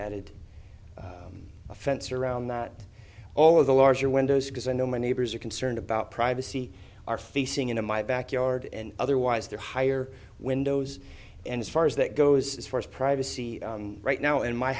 added a fence around that all of the larger windows because i know my neighbors are concerned about privacy are facing in my backyard and otherwise they're higher windows and as far as that goes as far as privacy right now in my